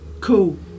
Cool